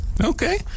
Okay